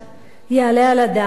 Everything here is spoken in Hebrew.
יעלה על הדעת,